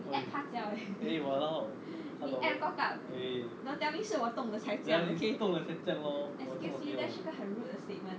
你 app~ pa jiao leh 你 app~ cock up don't tell me 是我动了才这样 okay excuse me 那是个很 rude 的 statement